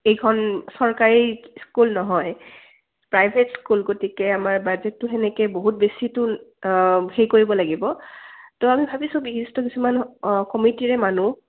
এইখন চৰকাৰী স্কুল নহয় প্ৰাইভেট স্কুল গতিকে আমাৰ বাজেটটো সেনেকৈ বহুত বেছিটো সেই কৰিব লাগিব তো আমি ভাবিছোঁ বিশিষ্ট কিছুমান অঁ কমিটিৰে মানুহ